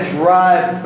drive